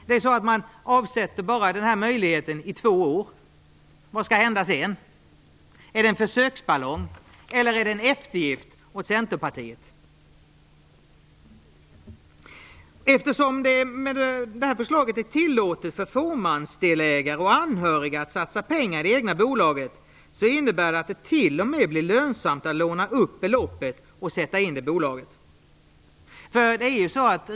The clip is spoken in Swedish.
Den här möjligheten avsätts bara i två år, och vad skall hända sedan? Är det en försöksballong, eller är det en eftergift åt Centerpartiet? Eftersom det med detta förslag är tillåtet för fåmansdelägare och anhöriga att satsa pengar i det egna bolaget, innebär det att det t.o.m. blir lönsamt att låna upp beloppet och sätta in det i bolaget.